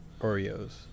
Oreos